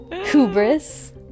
Hubris